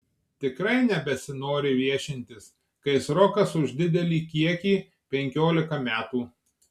tikrai nebesinori viešintis kai srokas už didelį kiekį penkiolika metų